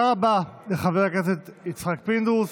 תודה רבה לחבר הכנסת יצחק פינדרוס.